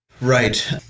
Right